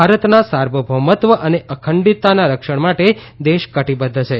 ભારતનાં સાર્વભૌમત્વ અને અખંડિતતાના રક્ષણ માટે દેશ કટિબધ્ધ છે